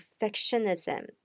perfectionism